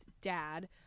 dad